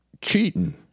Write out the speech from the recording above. cheating